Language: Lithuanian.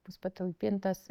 bus patalpintas